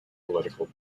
political